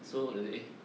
so then eh